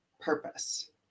purpose